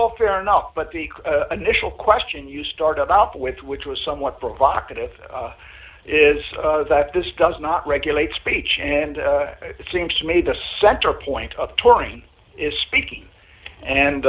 all fair enough but the initial question you started off with which was somewhat provocative is that this does not regulate speech and it seems to me the center point of turning is speaking and